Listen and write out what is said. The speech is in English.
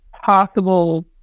possible